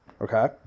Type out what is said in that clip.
Okay